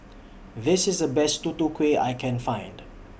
This IS The Best Tutu Kueh I Can Find